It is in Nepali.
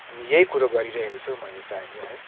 अनि यही कुरो गरिरहेको छु चाहिँ अहिले है